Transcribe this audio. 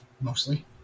mostly